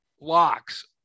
locks